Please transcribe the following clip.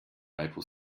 maple